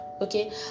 okay